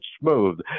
smooth